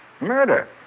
Murder